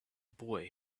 boy